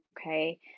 okay